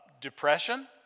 depression